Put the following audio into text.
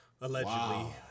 allegedly